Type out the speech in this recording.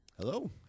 Hello